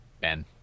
Ben